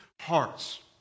hearts